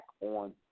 on